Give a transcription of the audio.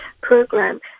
program